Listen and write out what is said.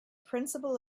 principle